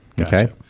Okay